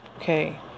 okay